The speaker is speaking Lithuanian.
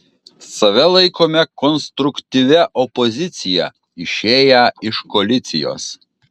save laikome konstruktyvia opozicija išėję iš koalicijos